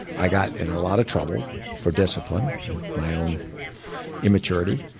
i got in a lot of trouble for discipline, in my own immaturity.